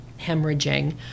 hemorrhaging